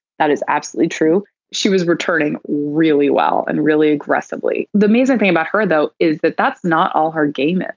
that is absolutely true she was returning really well and really aggressively. the amazing thing about her though is that that's not all her game.